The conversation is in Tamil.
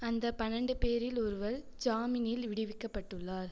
அந்த பன்னெண்டு பேரில் ஒருவர் ஜாமீனில் விடுவிக்கப்பட்டுள்ளார்